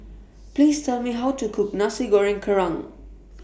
Please Tell Me How to Cook Nasi Goreng Kerang